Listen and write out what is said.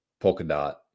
Polkadot